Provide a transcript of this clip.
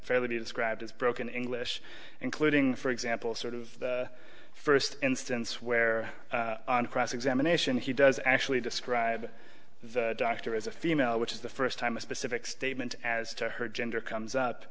fairly be described as broken english including for example sort of first instance where on cross examination he does actually describe the doctor as a female which is the first time a specific statement as to her gender comes up